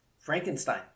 Frankenstein